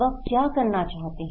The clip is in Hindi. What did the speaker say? वह क्या करना चाहते हैं